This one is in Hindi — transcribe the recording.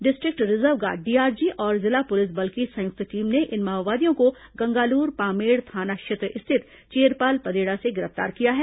डिस्ट्रिक्ट रिजर्व गार्ड डीआरजी और जिला पुलिस बल की संयुक्त टीम ने इन माओवादियों को गंगालूर पामेड़ थाना क्षेत्र स्थित चेरपाल पदेड़ा से गिरफ्तार किया है